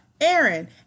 Aaron